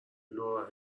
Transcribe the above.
لورا